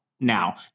now